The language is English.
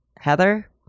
Heather